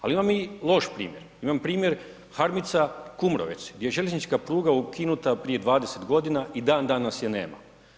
Ali imam i loš primjer, imam primjer Harmica-Kumrovec gdje je željeznički pruga ukinuta prije 20 g. i dan danas je nema.